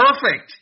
perfect